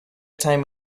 time